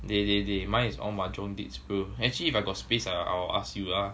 they they they mine is all mahjong dates bro actually if I got space ah I'll ask you lah